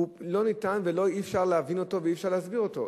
לא ניתן ואי-אפשר להבין אותו ואי-אפשר להסביר אותו.